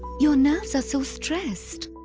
your nerves are so stressed.